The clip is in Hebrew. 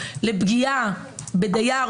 לפגיעה בדייר,